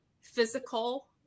physical